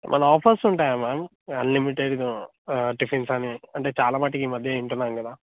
ఏమన్న ఆఫర్స్ ఉంటాయా మ్యామ్ అన్లిమిటెడ్లో టిఫిన్స్ అని అంటే చాలామటుకు ఈ మధ్య వింటున్నాం కదా